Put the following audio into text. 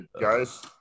Guys